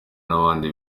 n’abandi